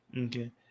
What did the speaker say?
Okay